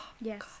Yes